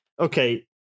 Okay